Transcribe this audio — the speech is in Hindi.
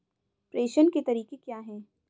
प्रेषण के तरीके क्या हैं?